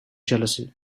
jealousy